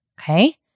Okay